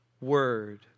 word